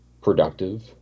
productive